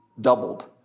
doubled